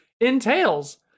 entails